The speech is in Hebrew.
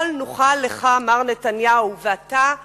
יכול נוכל לך, מר נתניהו, ואתה שותק.